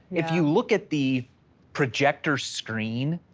if you look at the projectors screen,